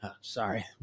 sorry